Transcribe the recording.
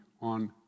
on